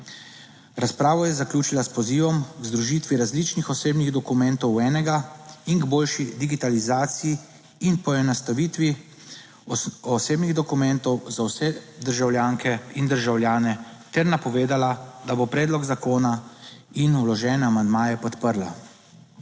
Razpravo je zaključila s pozivom k združitvi različnih osebnih dokumentov v enega in k boljši digitalizaciji in poenostavitvi osebnih dokumentov za vse državljanke in državljane ter napovedala, da bo predlog zakona in vložene amandmaje podprla.